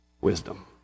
wisdom